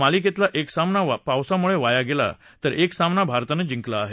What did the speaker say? मालिकेतला एक सामना पावसामुळे वाया गेला तर एक सामना भारतानं जिंकला आहे